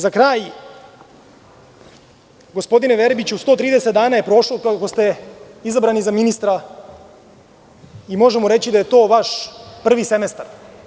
Za kraj, gospodine Verbiću, 130 dana je prošlo, od kako ste izabrani za ministra i možemo reći da je to vaš prvi semestar.